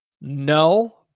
No